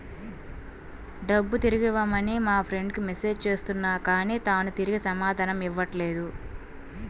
డబ్బుని తిరిగివ్వమని మా ఫ్రెండ్ కి మెసేజ్ చేస్తున్నా కానీ తాను తిరిగి సమాధానం ఇవ్వట్లేదు